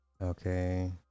Okay